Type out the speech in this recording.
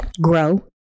grow